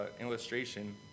illustration